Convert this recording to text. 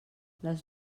les